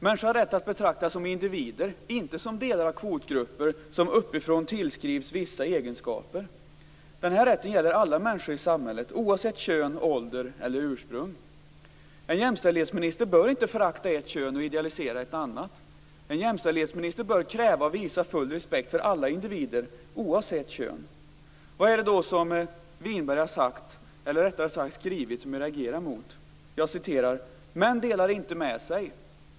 Människor har rätt att betraktas som individer, inte som delar av kvotgrupper som uppifrån tillskrivs vissa egenskaper. Denna rätt gäller alla människor i samhället, oavsett kön, ålder eller ursprung. En jämställdhetsminister bör inte förakta ett kön och idealisera ett annat. En jämställdhetsminister bör kräva och visa full respekt för alla individer, oavsett kön. Vad är det då som Margareta Winberg har sagt, eller rättare sagt skrivit, som jag reagerar mot. Margareta Winberg säger: "Män delar inte med sig.